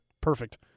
Perfect